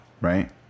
right